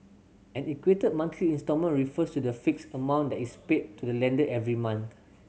an equated monthly instalment refers to the fixed amount that is paid to the lender every month